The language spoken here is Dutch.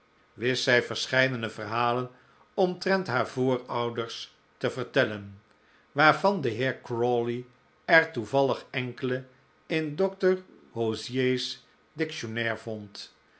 wist zij verscheidene verhalen omtrent haar voorouders te vertellen waarvan de heer crawley er toevallig enkele in dr hozier's dictionnaire vond